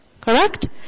Correct